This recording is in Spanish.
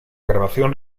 grabación